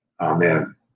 Amen